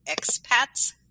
expats